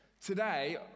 Today